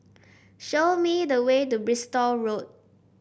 show me the way to Bristol Road